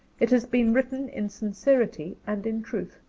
it has been written in sincerity and in truth.